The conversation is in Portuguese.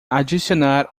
adicionar